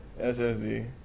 SSD